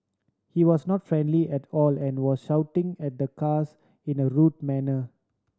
he was not friendly at all and was shouting at the cars in a rude manner